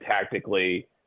tactically